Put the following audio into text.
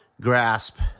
grasp